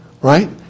Right